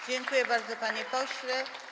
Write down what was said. Dziękuję bardzo, panie pośle.